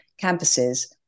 campuses